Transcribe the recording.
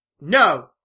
no